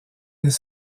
des